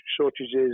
shortages